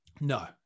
No